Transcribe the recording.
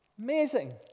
Amazing